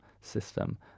system